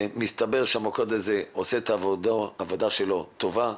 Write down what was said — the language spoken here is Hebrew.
ומסתבר שהמוקד עושה את העבודה שלו טובה,